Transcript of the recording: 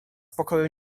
pokoju